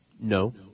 No